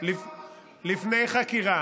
יודע כמה, לפני חקירה.